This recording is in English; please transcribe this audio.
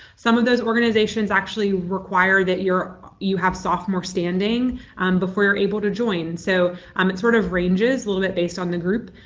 some of those organizations actually require that you have sophomore standing um before you're able to join. so um it sort of ranges a little bit based on the group